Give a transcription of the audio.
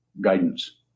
guidance